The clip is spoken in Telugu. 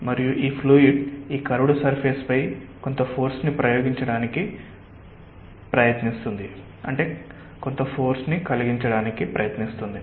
మరియు ఈ ఫ్లూయిడ్ ఈ కర్వ్డ్ సర్ఫేస్ పై కొంత ఫోర్స్ ని ప్రయోగించడానికి ప్రయత్నిస్తుంది